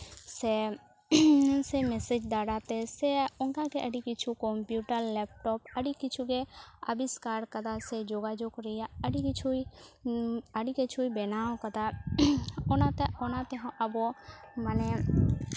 ᱥᱮ ᱢᱮᱥᱮᱡᱽ ᱫᱟᱨᱟᱛᱮ ᱥᱮ ᱚᱱᱠᱟᱜᱮ ᱟᱹᱰᱤ ᱠᱤᱪᱷᱩ ᱠᱚᱢᱯᱤᱭᱩᱴᱟᱨ ᱞᱮᱯᱴᱚᱯ ᱟᱹᱰᱤ ᱠᱤᱪᱷᱩ ᱜᱮ ᱟᱵᱤᱥᱠᱟᱨ ᱠᱟᱫᱟ ᱥᱮ ᱡᱳᱜᱟᱡᱳᱜᱽ ᱨᱮᱭᱟᱜ ᱟᱹᱰᱤ ᱠᱤᱪᱷᱩᱭ ᱟᱹᱰᱤ ᱠᱤᱪᱷᱩᱭ ᱵᱮᱱᱟᱣ ᱠᱟᱫᱟ ᱚᱱᱟᱛᱮ ᱚᱱᱟ ᱛᱮᱦᱚᱸ ᱟᱵᱚ ᱢᱟᱱᱮ